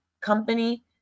company